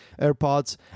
airpods